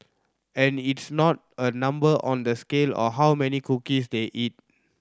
and it's not a number on the scale or how many cookies they eat